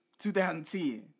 2010